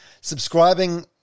Subscribing